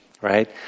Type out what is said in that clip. right